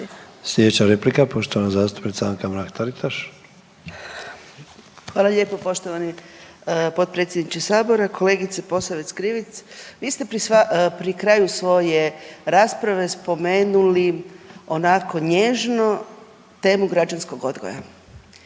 Sljedeća replika poštovana zastupnica Anka Mrak-Taritaš. **Mrak-Taritaš, Anka (GLAS)** Hvala lijepo poštovani potpredsjedniče Sabora, kolegice Posavec Krivec. Vi ste pri kraju svoje rasprave spomenuli onako, nježno temu građanskog odgoja